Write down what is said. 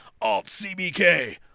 Alt-CBK